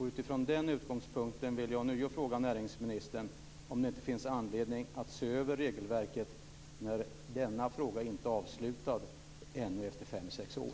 Utifrån den utgångspunkten vill jag ånyo fråga näringsministern om det inte finns anledning att se över regelverket när detta ärende ännu inte är avslutat efter fem sex år.